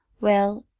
well,